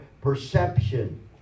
perception